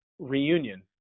reunion